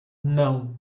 não